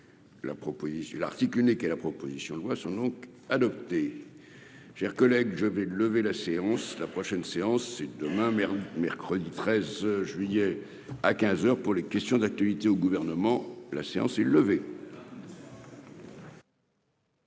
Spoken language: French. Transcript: l'article unique et la proposition de loi sont donc adopté, chers collègues, je vais lever la séance, la prochaine séance, c'est demain mercredi, mercredi 13 juillet à 15 heures pour les questions d'actualité au gouvernement, la séance est levée.